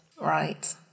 Right